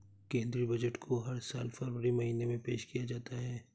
केंद्रीय बजट को हर साल फरवरी महीने में पेश किया जाता है